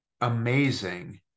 amazing